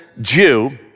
Jew